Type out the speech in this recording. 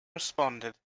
responded